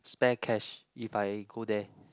spare cash if I go there